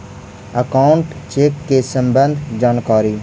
Account check के सम्बन्ध जानकारी?